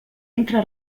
entra